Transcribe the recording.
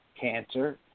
cancer